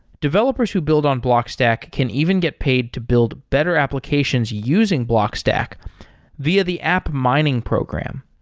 developers who build on blockstack can even get paid to build better applications using blockstack via the app mining program.